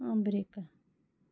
America